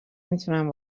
میتونم